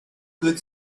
good